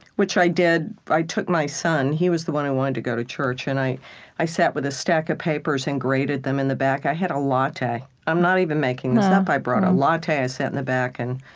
which i did i took my son he was the one who wanted to go to church. and i i sat with a stack of papers and graded them in the back. i had a latte. i'm not even making this up. i brought a latte. i sat in the back and,